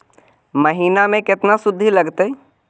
महिना में केतना शुद्ध लगतै?